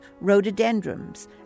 rhododendrons